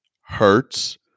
hurts